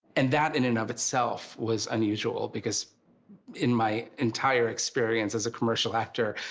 and that in and of itself was unusual because in my entire experience as a commercial actor,